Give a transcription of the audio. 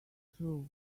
true